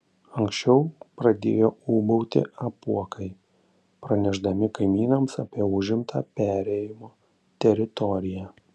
anksčiau pradėjo ūbauti apuokai pranešdami kaimynams apie užimtą perėjimo teritoriją